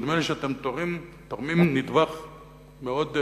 נדמה לי שאתם תורמים נדבך מאוד,